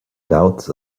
doubts